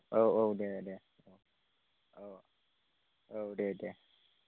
औ औ दे दे औ औ औ दे दे